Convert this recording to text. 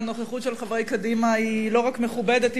אכן הנוכחות של חברי קדימה היא לא רק מכובדת,